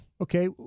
Okay